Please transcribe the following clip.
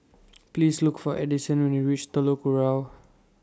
Please Look For Edison when YOU REACH Telok Kurau